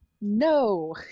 No